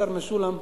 השר משולם,